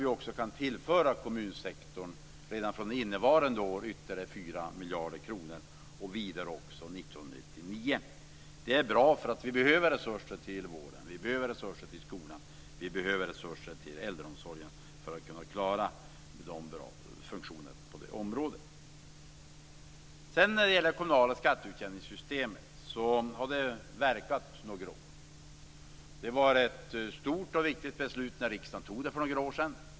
Vi återkommer till den frågan på tisdag, när riktlinjer och budgetpolitik för de kommande tre åren skall diskuteras. Vi behöver resurser till vården, skolan och äldreomsorgen. Sedan har vi frågan om det kommunala skatteutjämningssystemet. Systemet har verkat några år. Det var ett stort och viktigt beslut som riksdagen fattade för några år sedan.